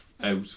out